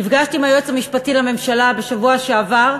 נפגשתי עם היועץ המשפטי לממשלה בשבוע שעבר,